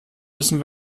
müssen